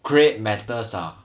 create matters ah